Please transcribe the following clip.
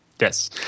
Yes